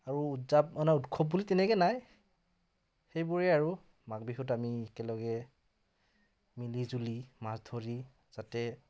আৰু উদযাপ মানে উৎসৱ বুলি তেনেকৈ নাই সেইবোৰেই আৰু মাঘ বিহুত আমি একেলগে মিলিজুলি মাছ ধৰি যাতে